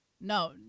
No